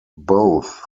both